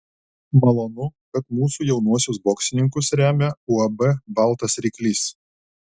malonu kad mūsų jaunuosius boksininkus remia uab baltas ryklys